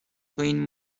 این